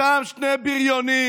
אותם שני בריונים,